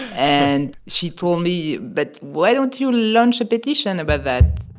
and she told me, but why don't you launch a petition about that?